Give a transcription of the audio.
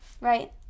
right